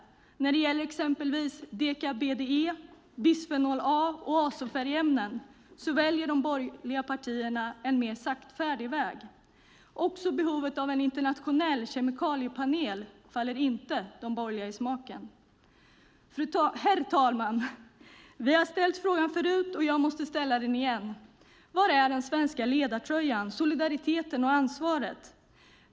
När det gäller exempelvis deka-BDE, bisfenol A och azofärgämnen väljer de borgerliga partierna en mer saktfärdig väg. Behovet av en internationell kemikaliepanel faller inte heller de borgerliga partierna i smaken. Herr talman! Vi har ställt frågan förut, och jag måste ställa den igen: Var är den svenska ledartröjan, solidariteten och ansvaret?